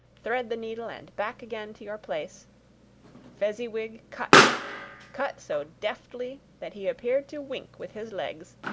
thread-the-needle, and back again to your place fezziwig cut cut so deftly, that he appeared to wink with his legs,